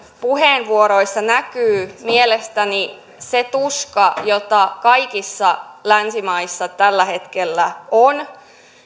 puheenvuoroissa näkyy mielestäni se tuska jota kaikissa länsimaissa tällä hetkellä on